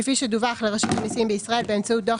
כפי שדווח לרשות המסים בישראל באמצעות דוח